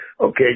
Okay